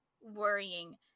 worrying